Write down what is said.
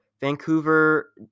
Vancouver